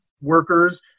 workers